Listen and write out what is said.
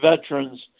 veterans